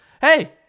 Hey